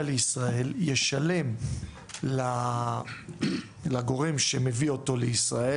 לישראל ישלם לגורם שמביא אותו לישראל,